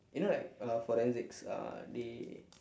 you know like uh forensics uh they